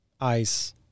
ice